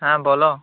হ্যাঁ বলো